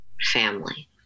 family